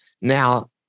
now